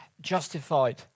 Justified